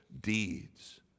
deeds